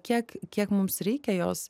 kiek kiek mums reikia jos